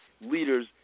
leaders